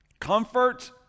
comfort